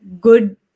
good